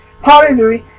Hallelujah